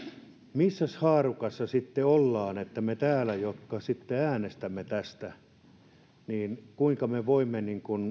missäs haarukassa sitten ollaan kuinka me täällä jotka sitten äänestämme tästä voimme